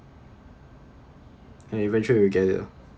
and eventually you'll get it lah